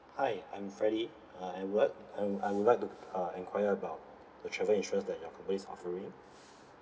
hi I'm freddy uh I would like I I would like to uh enquire about the travel insurance that your company is offering